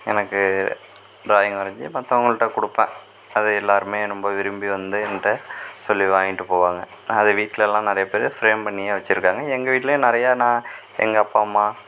எனக்கு டிராயிங் வரைஞ்சி மத்தவங்கள்ட்ட கொடுப்பேன் அது எல்லோருமே ரொம்ப விரும்பி வந்து என்கிட்ட சொல்லி வாய்ண்ட்டு போவாங்க அது வீட்லேலாம் நிறைய பேர் ஃப்ரேம் பண்ணியே வெச்சிருக்காங்க எங்கள் வீட்லேயும் நிறையா நான் எங்கள் அப்பா அம்மா